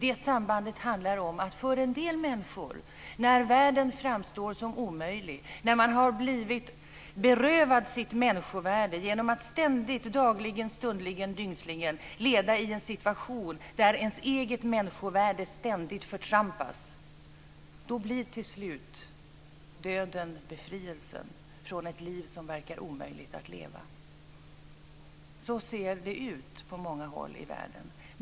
Det sambandet handlar om att döden för en del människor när världen framstår som omöjlig, när man blivit berövad sitt människovärde genom att dagligen, stundligen, och dygnsligen - leva i en situation där ens eget människovärde ständigt förtrampas, till slut blir befrielsen från ett liv som verkar omöjligt att leva. Så ser det ut på många håll i världen.